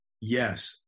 Yes